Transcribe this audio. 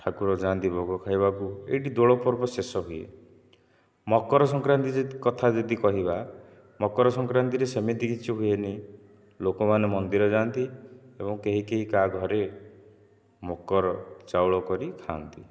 ଠାକୁର ଯାଆନ୍ତି ଭୋଗ ଖାଇବାକୁ ଏହିଠି ଦୋଳ ପର୍ବ ଶେଷ ହୁଏ ମକର ସଂକ୍ରାନ୍ତି ସେ କଥା ଯଦି କହିବା ମକର ସଂକ୍ରାନ୍ତିରେ ସେମିତି କିଛି ହୁଏନି ଲୋକମାନେ ମନ୍ଦିର ଯାଆନ୍ତି ଏବଂ କେହି କେହି କାହା ଘରେ ମକର ଚାଉଳ କରି ଖାଆନ୍ତି